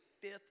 fifth